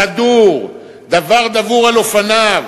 סדור, דבר דבור על אופניו,